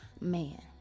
man